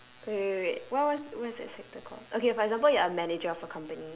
wait wait wait wait wait what what what's that sector called okay for example you're a manager for company